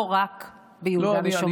לא רק ביהודה ושומרון.